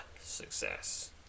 success